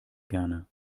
gerne